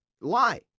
lie